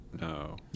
No